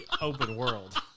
open-world